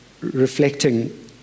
reflecting